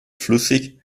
flüssig